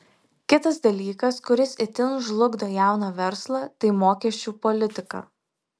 kitas dalykas kuris itin žlugdo jauną verslą tai mokesčių politika